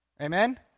Amen